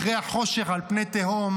אחרי החושך על פני תהום,